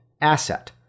asset